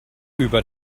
über